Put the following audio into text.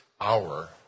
hour